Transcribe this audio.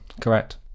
correct